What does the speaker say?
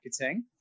marketing